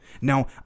Now